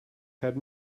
had